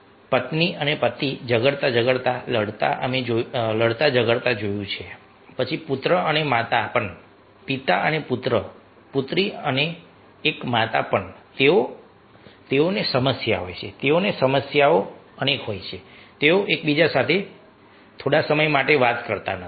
કે પત્ની અને પતિ ઝઘડતા લડતા અમે જોયું છે કે પછી પુત્ર અને માતા પણ પિતા અને પુત્ર પુત્રી અને એક માતા પણ તેઓને સમસ્યા હોય છે તેઓને સમસ્યાઓ હોય છે તેઓ એકબીજા સાથે થોડા સમય માટે વાત કરતા નથી